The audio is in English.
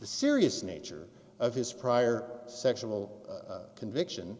the serious nature of his prior sexual conviction